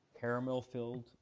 Caramel-filled